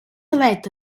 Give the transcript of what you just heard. let